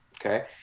okay